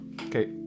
Okay